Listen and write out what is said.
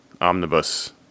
omnibus